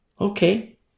Okay